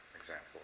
example